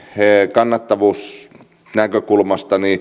kannattavuusnäkökulmasta